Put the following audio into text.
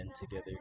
together